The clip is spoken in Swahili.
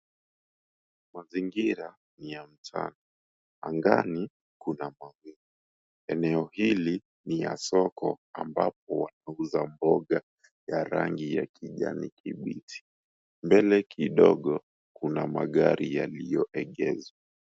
Mazingira ni ya mchana angani kuna mawingu eneo hili niya soko ambapo watu wanauza mboga ya rangi ya kijani kibichi mbele kidogo kuna magari yalioegeshwa.